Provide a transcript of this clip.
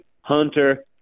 Hunter